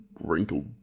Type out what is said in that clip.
wrinkled